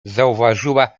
zauważyła